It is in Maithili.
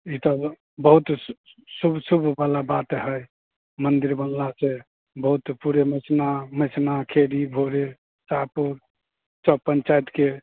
ई तऽ बहुत शुभ शुभ बला बात हए मन्दिर बनला से बहुत पूरे मेहसिना मेहसिना खेड़ी भोरे साहपुर सब पञ्चायतके